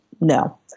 No